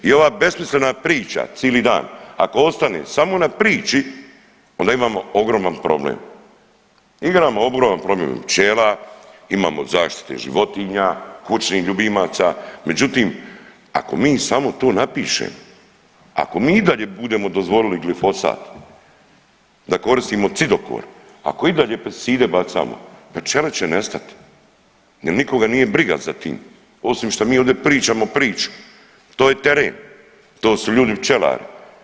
I ova besmislena priča cili dan ako ostane samo na priči onda imamo ogroman problem, imamo ogroman problem pčela, imamo zaštite životinja, kućnih ljubimaca, međutim ako mi samo to napišemo, ako mi i dalje budemo dozvolili glifosat, da koristimo cidokor, ako i dalje pesticide bacamo, pa pčele će nestati jel nikoga nije briga za tim osim što mi ovdje pričamo priču, to je teren, to su ljudi pčelari.